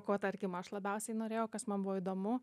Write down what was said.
ko tarkim aš labiausiai norėjau kas man buvo įdomu